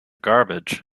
garbage